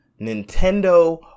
Nintendo